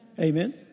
Amen